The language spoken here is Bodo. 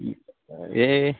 ए